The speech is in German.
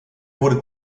wurde